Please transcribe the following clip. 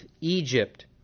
Egypt